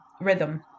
rhythm